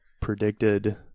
predicted